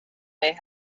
may